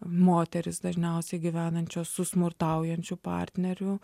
moterys dažniausiai gyvenančios su smurtaujančiu partneriu